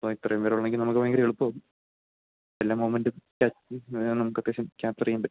അപ്പ ഇത്രയും പേരുണ്ടെങ്കില് നമുക്ക് ഭയങ്കരം എളുപ്പമാകും എല്ലാ മൊമൻറ്റും നമുക്ക് അത്യാവശ്യം ക്യാപ്ച്ചര് ചെയ്യാന് പറ്റും